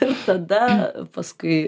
ir tada paskui